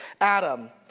Adam